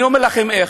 אני אומר לכם איך: